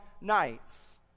nights